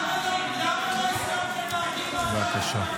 למה לא הסכמתם להקים ועדה --- בבקשה.